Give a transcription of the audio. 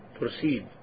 proceed